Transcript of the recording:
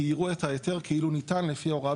כי יראו את ההיתר כאילו ניתן לפי הוראה